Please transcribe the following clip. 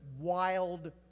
wild